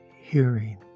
hearing